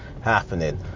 happening